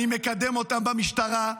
אני מקדם אותם במשטרה,